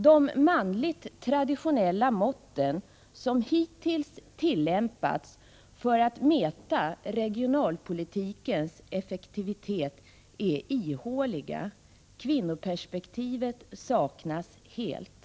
De manligt traditionella mått som hittills tillämpats för att mäta regionalpolitikens effektivitet är ihåliga. Kvinnoperspektivet saknas helt.